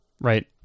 Right